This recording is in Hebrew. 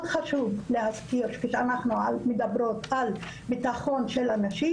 מאוד חשוב להזכיר ולדבר על הביטחון של הנשים.